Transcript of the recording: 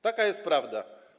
Taka jest prawda.